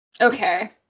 Okay